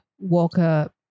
walker